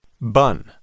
bun